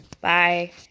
Bye